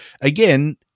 again